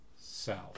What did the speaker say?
south